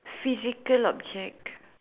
physical object